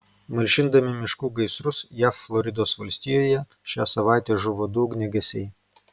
malšindami miškų gaisrus jav floridos valstijoje šią savaitę žuvo du ugniagesiai